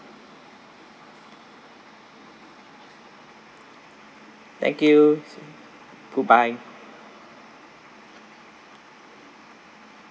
thank you good bye